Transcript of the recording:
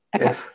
Yes